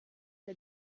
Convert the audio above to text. der